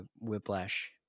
Whiplash